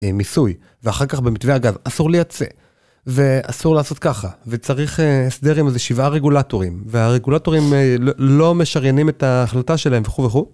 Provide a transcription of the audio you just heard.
מסוי ואחר כך במתווה הגז אסור לייצא ואסור לעשות ככה וצריך סדר עם איזה שבעה רגולטורים והרגולטורים לא משריינים את ההחלטה שלהם וכו וכו.